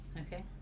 Okay